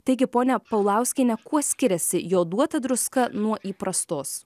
taigi ponia paulauskiene kuo skiriasi joduota druska nuo įprastos